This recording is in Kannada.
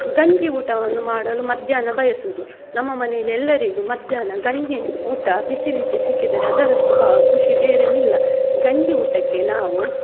ಗಂಜಿ ಊಟವನ್ನು ಮಾಡಲು ಮಧ್ಯಾಹ್ನ ಬಯಸೋದು ನಮ್ಮ ಮನೆಯಲ್ಲಿ ಎಲ್ಲರಿಗೂ ಮಧ್ಯಾಹ್ನ ಗಂಜಿ ಊಟ ಬಿಸಿ ಬಿಸಿ ಸಿಕ್ಕಿದರೆ ಅದರಷ್ಟು ಬ ಖುಷಿ ಬೇರೇನಿಲ್ಲ ಗಂಜಿ ಊಟಕ್ಕೆ ನಾವು